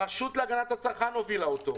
שהרשות להגנת הצרכן הובילה אותו,